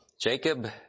Jacob